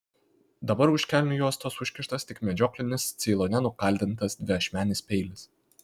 dabar už kelnių juostos užkištas tik medžioklinis ceilone nukaldintas dviašmenis peilis